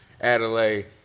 Adelaide